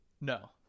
No